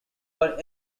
but